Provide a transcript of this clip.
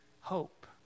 hope